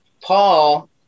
Paul